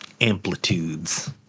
Amplitudes